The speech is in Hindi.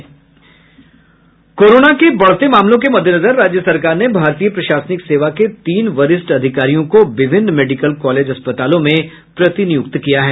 कोरोना के बढ़ते मामलों के मद्देनजर राज्य सरकार ने भारतीय प्रशासनिक सेवा के तीन वरिष्ठ अधिकारियों को विभिन्न मेडिकल कॉलेज अस्पतालों में प्रतिनियुक्त किया है